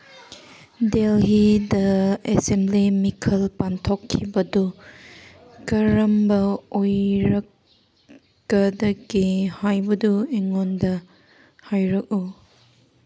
ꯗꯦꯜꯍꯤꯗ assembly ꯃꯤꯈꯜ ꯄꯥꯡꯊꯣꯛꯈꯤꯕꯗꯨ ꯀꯔꯝꯕ ꯑꯣꯏꯔꯛꯀꯗꯒꯦ ꯍꯥꯏꯕꯗꯨ ꯑꯩꯉꯣꯟꯗ ꯍꯥꯏꯔꯛꯎ